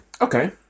Okay